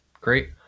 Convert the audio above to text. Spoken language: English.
great